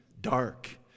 dark